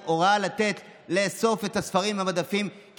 לא הגיוני שיש ראש ממשלה שיותר מ-90% מהציבור לא רוצה אותו.